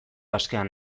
askean